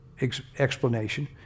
explanation